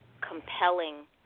compelling